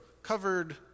covered